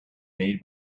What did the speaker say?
made